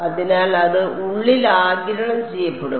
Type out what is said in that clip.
അതിനാൽ അത് ഉള്ളിൽ ആഗിരണം ചെയ്യപ്പെടും